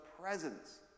presence